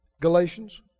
Galatians